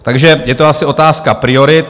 Takže je to asi otázka priorit.